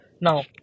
now